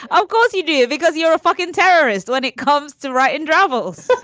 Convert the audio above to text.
um course you do, because you're a fucking terrorist when it comes to writing travels.